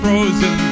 Frozen